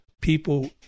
people